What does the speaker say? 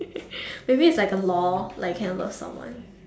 maybe it's like a law like cannot love someone